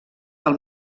del